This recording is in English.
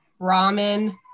ramen